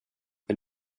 det